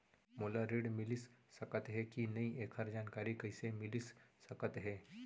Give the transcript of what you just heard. मोला ऋण मिलिस सकत हे कि नई एखर जानकारी कइसे मिलिस सकत हे?